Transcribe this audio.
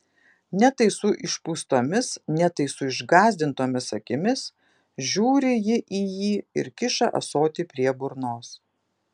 ne tai su išpūstomis ne tai su išgąsdintomis akimis žiūri ji į jį ir kiša ąsotį prie burnos